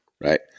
right